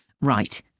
Right